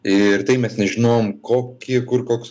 ir tai mes nežinom kokį kur koks